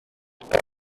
mryste